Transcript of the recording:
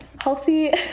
healthy